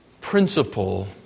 principle